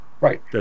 Right